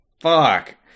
Fuck